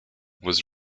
was